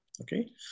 Okay